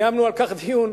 קיימנו על כך דיון,